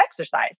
exercise